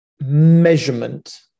measurement